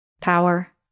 power